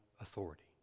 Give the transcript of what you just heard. authority